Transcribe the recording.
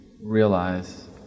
realize